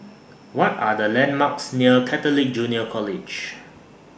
What Are The landmarks near Catholic Junior College